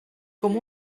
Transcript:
com